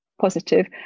positive